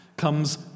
comes